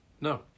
No